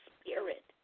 spirit